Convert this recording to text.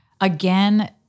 Again